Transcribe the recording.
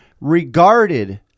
regarded